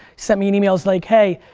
sent me an e-mail like, hey,